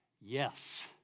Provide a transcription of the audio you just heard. yes